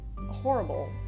horrible